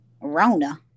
Rona